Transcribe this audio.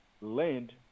land